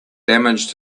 damage